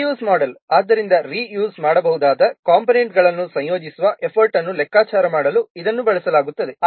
ರೀ use model ಆದ್ದರಿಂದ reuse ಮಾಡಬಹುದಾದ ಕಂಪೋನೆಂಟ್ಗಳನ್ನು ಸಂಯೋಜಿಸುವ ಎಫರ್ಟ್ ಅನ್ನು ಲೆಕ್ಕಾಚಾರ ಮಾಡಲು ಇದನ್ನು ಬಳಸಲಾಗುತ್ತದೆ